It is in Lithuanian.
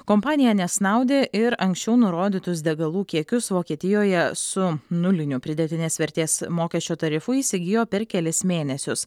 kompanija nesnaudė ir anksčiau nurodytus degalų kiekius vokietijoje su nuliniu pridėtinės vertės mokesčio tarifu įsigijo per kelis mėnesius